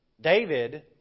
David